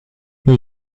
new